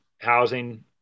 housing